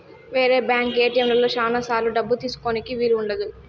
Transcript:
వేరే బ్యాంక్ ఏటిఎంలలో శ్యానా సార్లు డబ్బు తీసుకోనీకి వీలు ఉండదు